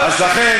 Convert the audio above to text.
אז לכן,